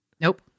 Nope